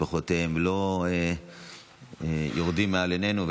ומשפחותיהם לא יורדים ממול עינינו,